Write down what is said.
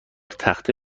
تخته